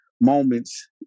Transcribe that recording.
moments